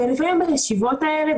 ולפעמים בישיבות האלה,